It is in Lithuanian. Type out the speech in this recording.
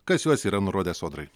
kas juos yra nurodę sodrai